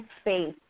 space